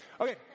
Okay